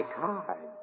card